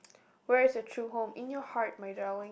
where is your true home in your heart my darling